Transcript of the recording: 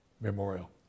memorial